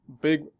big